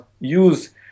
use